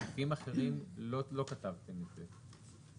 בסעיפים אחרים לא כתבתם את זה.